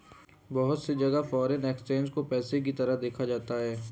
बहुत सी जगह पर फ़ोरेन एक्सचेंज को पेशे के तरह देखा जाता है